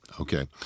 Okay